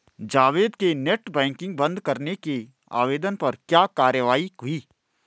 जावेद के net banking बंद करने के आवेदन पर क्या कार्यवाही हुई?